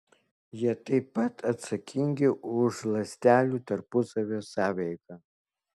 jie taip pat atsakingi už ląstelių tarpusavio sąveiką